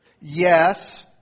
Yes